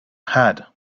hard